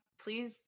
please